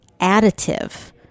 additive